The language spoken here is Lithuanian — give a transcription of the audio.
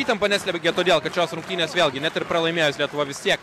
įtampa neslegia todėl kad šios rungtynės vėl gi net ir pralaimėjus lietuva vis tiek